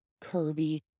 curvy